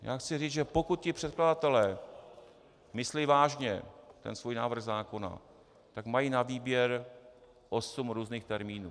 Já chci říct, že pokud předkladatelé myslí vážně ten svůj návrh zákona, tak mají na výběr osm různých termínů.